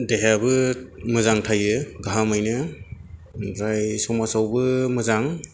देहायाबो मोजां थायो गाहामैनो ओमफ्राय समाजावबो मोजां